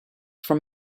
from